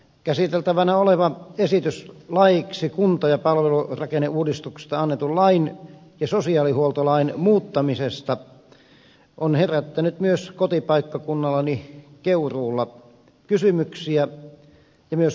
käsiteltävänä oleva esitys laeiksi kunta ja palvelurakenneuudistuksesta annetun lain ja sosiaalihuoltolain muuttamisesta on herättänyt myös kotipaikkakunnallani keuruulla kysymyksiä ja huolenaiheita